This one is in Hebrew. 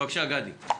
בבקשה, גדי.